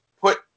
put